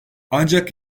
ancak